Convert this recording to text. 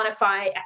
quantify